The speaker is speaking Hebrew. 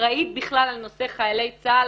אחראית בכלל על נושא חיילי צה"ל,